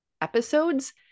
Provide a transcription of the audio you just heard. episodes